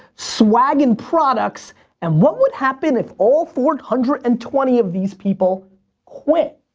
swagging products and what would happen if all four hundred and twenty of these people quit?